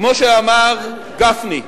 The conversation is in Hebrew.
כמו שאמר גפני: